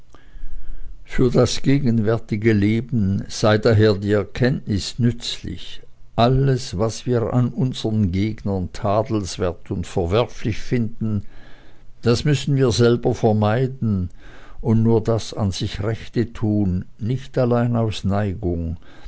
für das gegenwärtige leben sei daher die erkenntnis nützlich alles was wir an unsern gegnern tadelnswert und verwerflich finden das müssen wir selber vermeiden und nur das an sich rechte tun nicht allein aus neigung